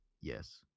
Yes